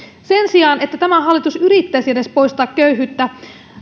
sen sijaan että tämä hallitus yrittäisi edes poistaa köyhyyttä